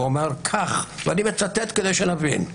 הוא אומר כך, ואני מצטט כדי שנבין: